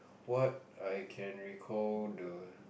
what I can recall the